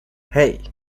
hey